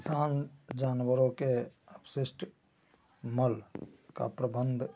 किसान जानवरों के अपशिष्ट मल का प्रबंध